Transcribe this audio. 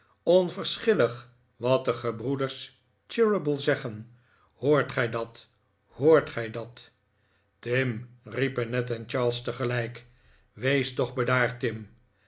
onverschillig wat de gebroeders cheeryble zeggen hoort gij dat hoort gij dat tim riepen ned en charles tegelijk wees toch bedaard tim